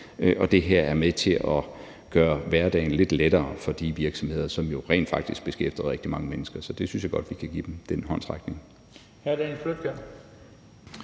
og det her er med til at gøre hverdagen lidt lettere for de virksomheder, som jo rent faktisk beskæftiger rigtig mange mennesker. Så jeg synes godt, vi kan give dem den håndsrækning.